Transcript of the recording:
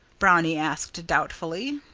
brownie asked, doubtfully.